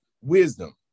wisdom